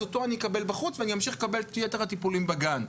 אותו אני אקבל בחוץ ואני אמשיך לקבל את יתר הטיפולים בגן,